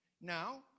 now